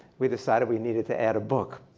we decided we needed to add a book.